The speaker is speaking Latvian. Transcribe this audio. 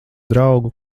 draugu